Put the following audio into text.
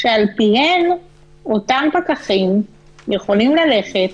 שעל פיהן אותם פקחים יכולים ללכת